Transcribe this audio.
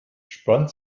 spannt